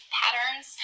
patterns